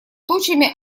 тучами